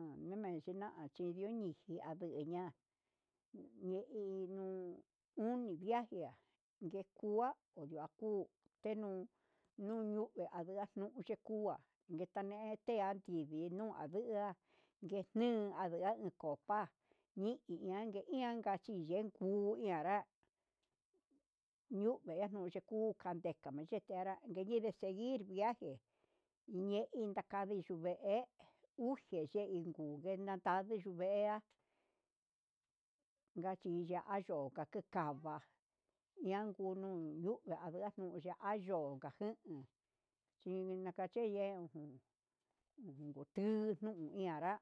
Uun nime china'a chindo nijia ndueña'a, yeinio uni viajia ndekua ndakuu ténu nuñuve adurazno yekua ndekane tean nde tingui, nuu avia ndejun andue nde copa ianke jianka yenkuu yanrá yu'u neju yekuja ndekame chianra nikeña seguir viaje, ñe'e ina kayee yu'é uje ye'e unnguena tandii ye'a yiya yo'o kuxhi kava'a ian ngunuu uyuke nague yuyea yo'o anka jeun chi nakache ye'e ujun ujun jutunuu, ihanra